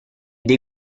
dei